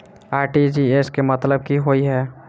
RTGS केँ मतलब की होइ हय?